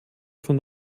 von